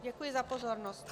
Děkuji za pozornost.